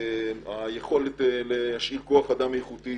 היכולת להשאיר כוח אדם איכותי,